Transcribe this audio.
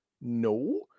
no